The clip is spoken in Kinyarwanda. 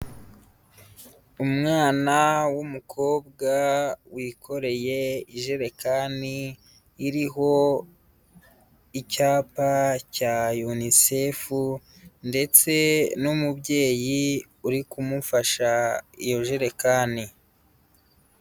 Umwana w'umukobwa, wikoreye ijerekani iriho icyapa cya unisefu, ndetse n'umubyeyi uri kumufasha iyo jerekani.